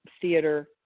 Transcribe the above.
theater